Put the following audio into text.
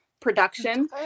production